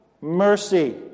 mercy